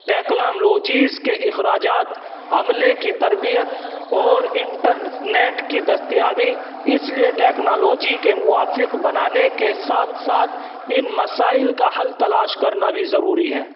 technologies کے اخراجات عملے کی تربیت اور انٹرنیٹ کی دستیابی اس لیے ٹیکنالوجی کے موافق بنانے کے ساتھ ساتھ ان مسائل کا حل تلاش کرنا بھی ضروری ہے